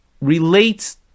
relates